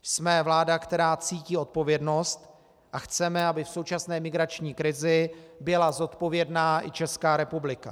Jsme vláda, která cítí odpovědnost, a chceme, aby v současné migrační krizi byla zodpovědná i Česká republika.